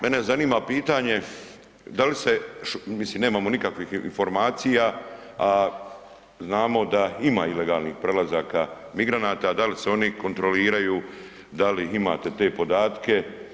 Mene zanima pitanje da li se, mislim nemamo nikakvih informacija, a znamo da im ilegalnih prelazaka migranata, da li se oni kontroliraju, da li imate te podatke?